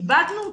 איבדנו אותו.